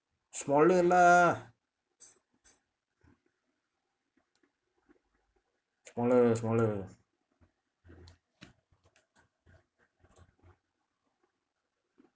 smaller lah smaller smaller